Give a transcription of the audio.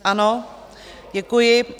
Ano, děkuji.